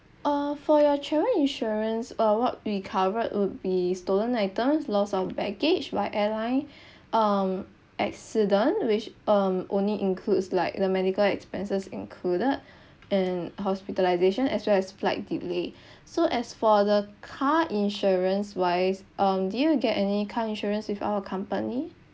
uh for your travel insurance uh what we covered would be stolen items loss of baggage by airline um accident which um only includes like the medical expenses included and hospitalisation as well as flight delay so as for the car insurance wise um did you get any car insurance with our company